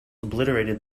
obliterated